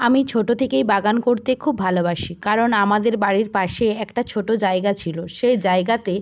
আমি ছোটো থেকেই বাগান করতে খুব ভালোবাসি কারণ আমাদের বাড়ির পাশে একটা ছোটো জায়গা ছিল সেই জায়গাতে